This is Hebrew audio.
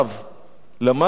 למד את אותה תורה,